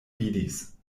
vidis